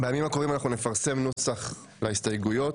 בימים הקרובים אנחנו נפרסם נוסח להסתייגויות.